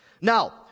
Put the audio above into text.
Now